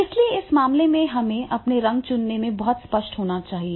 इसलिए इस मामले में हमें अपने रंग चुनने में बहुत स्पष्ट होना चाहिए